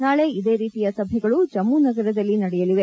ನಾಳೆ ಇದೇ ರೀತಿಯ ಸಭೆಗಳು ಜಮ್ನು ನಗರದಲ್ಲಿ ನಡೆಯಲಿವೆ